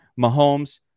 Mahomes